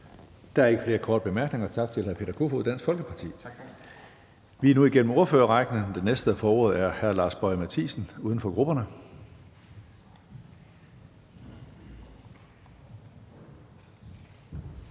Der er ikke flere korte bemærkninger. Tak til hr. Peter Kofod, Dansk Folkeparti. Vi er nu igennem ordførerrækken, og den næste, der får ordet, er hr. Lars Boje Mathiesen, uden for grupperne.